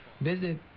Visit